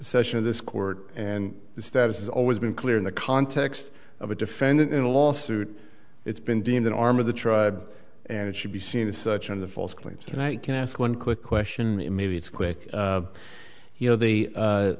session of this court and the status has always been clear in the context of a defendant in a lawsuit it's been deemed an arm of the tribe and it should be seen as such on the false claims and i can ask one quick question maybe it's quick you know the